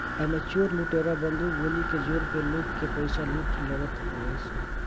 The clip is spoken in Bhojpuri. एमे चोर लुटेरा बंदूक गोली के जोर पे लोग के पईसा लूट लेवत हवे सन